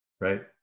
Right